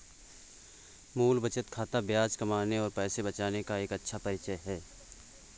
मूल बचत खाता ब्याज कमाने और पैसे बचाने का एक अच्छा परिचय है